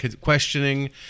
questioning